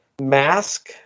Mask